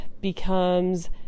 becomes